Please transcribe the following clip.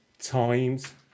times